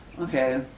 Okay